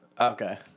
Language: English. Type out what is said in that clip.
Okay